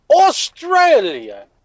Australia